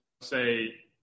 say